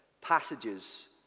passages